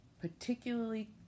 particularly